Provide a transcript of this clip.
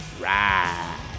ride